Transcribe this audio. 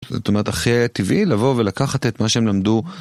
זאת אומרת, הכי היה טבעי לבוא ולקחת את מה שהם למדו.